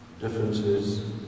differences